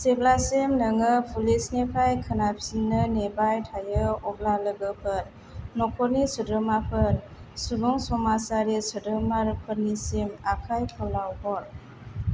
जेब्लासिम नोङो पुलिसनिफ्राय खोनाफिननो नेबाय थायो अब्ला लोगोफोर न'खरनि सोद्रोमाफोर सुबुं समाजारि सोद्रोमाफोरनिसिम आखाय फोलावहर